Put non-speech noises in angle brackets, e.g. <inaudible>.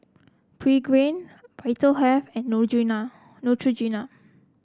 Pregain Vitahealth and <unintelligible> Neutrogena